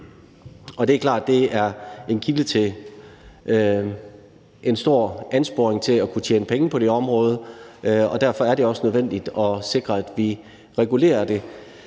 Det er klart, at det er en kilde til en stor ansporing til at kunne tjene penge på det område, og derfor er det også nødvendigt at sikre, at vi regulerer det